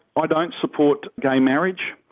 i don't support gay marriage,